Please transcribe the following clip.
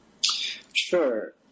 Sure